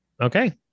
Okay